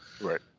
Right